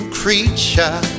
creature